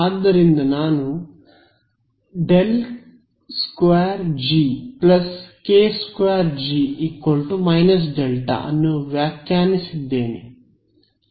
ಆದ್ದರಿಂದ ನಾನು ∇2 G k2 G − δ ಅನ್ನು ವ್ಯಾಖ್ಯಾನಿಸಿದ್ದೇನೆ